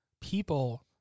people